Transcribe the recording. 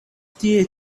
tie